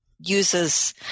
uses